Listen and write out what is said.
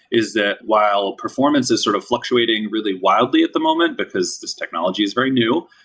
is that while performance is sort of fluctuating really wildly at the moment, because this technology is very new,